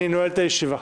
אני נועל את הישיבה.